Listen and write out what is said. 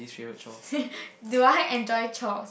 do I enjoy chores